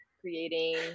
creating